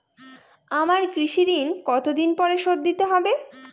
আমার কৃষিঋণ কতদিন পরে শোধ দিতে হবে?